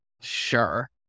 sure